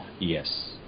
Yes